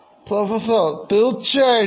Professor തീർച്ചയായിട്ടും